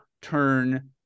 turn